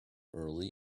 early